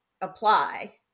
apply